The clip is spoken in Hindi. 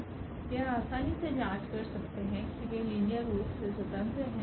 हम यह आसानी से जाँच कर सकते हैं कि वे लीनियर रूप से स्वतंत्र हैं